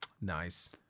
Nice